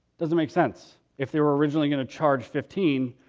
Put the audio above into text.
doesn't make sense. if they were originally going to charge fifteen,